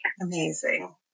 Amazing